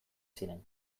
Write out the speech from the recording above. ziren